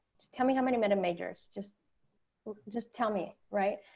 just tell me how many meta majors, just just tell me, right?